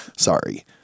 Sorry